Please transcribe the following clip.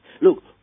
look